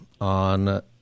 on